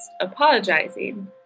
apologizing